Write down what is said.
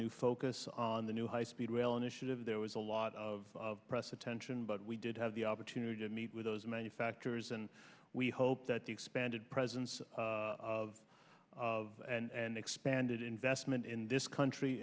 new focus on the new high speed rail initiative there was a lot of press attention but we did have the opportunity to meet with those manufacturers and we hope that the expanded presence of of and expanded investment in this country